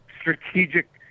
strategic